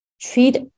treat